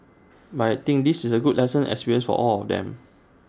but I think this is A good lesson experience for all of them